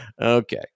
okay